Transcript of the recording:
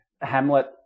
Hamlet